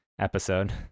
episode